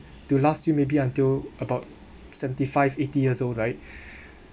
to last you maybe until about seventy five eighty years old right